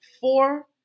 four